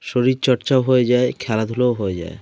শরীরচর্চাও হয়ে যায় খেলাধুলোও হয়ে যায়